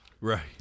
Right